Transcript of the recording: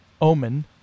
omen